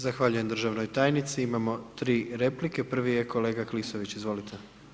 Zahvaljujem državnoj tajnici, imamo 3 replike, prvi je kolega Klisović, izvolite.